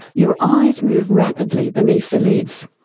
your eyes move rapidly beneath the lids,